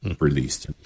released